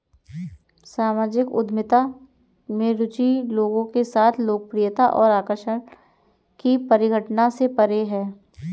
सामाजिक उद्यमिता में रुचि लोगों के साथ लोकप्रियता और आकर्षण की परिघटना से परे है